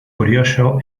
curioso